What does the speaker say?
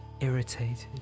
irritated